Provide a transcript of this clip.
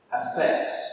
affects